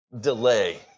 delay